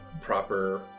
proper